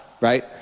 right